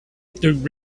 returns